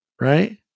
right